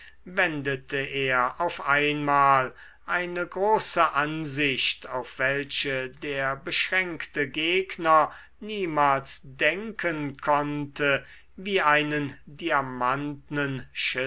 wendete er auf einmal eine große ansicht auf welche der beschränkte gegner niemals denken konnte wie einen diamantnen